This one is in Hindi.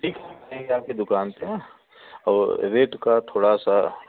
ठीक है आते हैं आपकी दुकान पर हाँ और रेट का थोड़ा सा